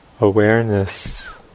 awareness